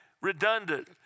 redundant